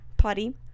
potty